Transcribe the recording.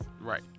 Right